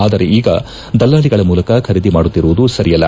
ಆದರೆ ಈಗ ದಲ್ಲಾಳಗಳ ಮೂಲಕ ಖರೀದಿ ಮಾಡುತ್ತಿರುವುದು ಸಂಯಲ್ಲ